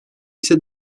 ise